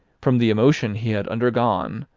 from the emotion he had undergone,